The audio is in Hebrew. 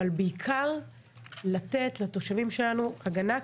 אבל בעיקר לתת לתושבים שלנו הגנה,